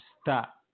stop